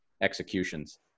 executions